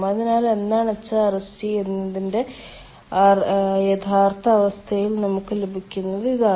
അതിനാൽ എന്താണ് HRSG എന്നതിന്റെ യഥാർത്ഥ അവസ്ഥയിൽ നമുക്ക് ലഭിക്കുന്നത് ഇതാണ്